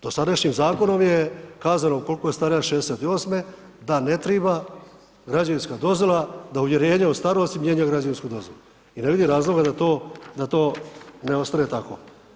Dosadašnjim zakonom je kazano ukoliko je starija od 68. da ne treba građevinska dozvola, da uvjerenje o starosti mijenja građevinsku dozvolu i ne vidim razloga da to ne ostane tako.